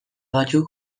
batzuk